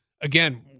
Again